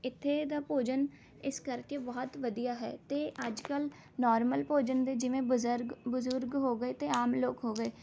ਇੱਥੇ ਦਾ ਭੋਜਨ ਇਸ ਕਰਕੇ ਬਹੁਤ ਵਧੀਆ ਹੈ ਅਤੇ ਅੱਜ ਕੱਲ੍ਹ ਨੋਰਮਲ ਭੋਜਨ ਦੇ ਜਿਵੇਂ ਬਜ਼ਰਗ ਬਜ਼ੁਰਗ ਹੋ ਗਏ ਅਤੇ ਆਮ ਲੋਕ ਹੋ ਗਏ